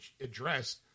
address